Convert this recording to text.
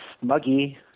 muggy